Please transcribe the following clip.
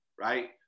right